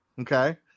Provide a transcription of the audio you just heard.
okay